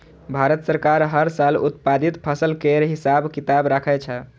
भारत सरकार हर साल उत्पादित फसल केर हिसाब किताब राखै छै